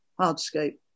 hardscape